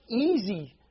easy